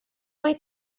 mae